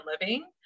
living